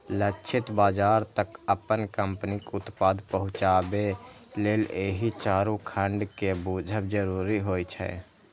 लक्षित बाजार तक अपन कंपनीक उत्पाद पहुंचाबे लेल एहि चारू खंड कें बूझब जरूरी होइ छै